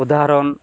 উদাহরণ